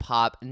Pop